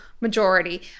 majority